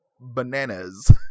bananas